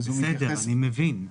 אני מבין.